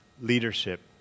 leadership